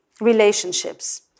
Relationships